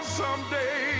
someday